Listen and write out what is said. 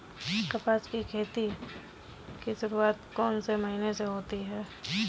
कपास की खेती की शुरुआत कौन से महीने से होती है?